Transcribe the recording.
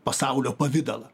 pasaulio pavidalą